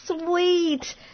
sweet